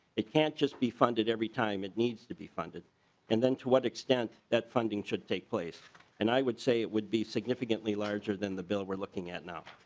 it can't just be funded every time it needs to be funded and then to what extent that funding should take place and i would say it would be significantly larger than the bill we're looking at now.